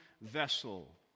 vessel